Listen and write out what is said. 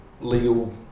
legal